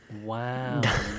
Wow